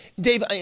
Dave